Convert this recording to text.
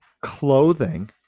clothing